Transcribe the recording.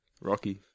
Rocky